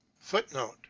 Footnote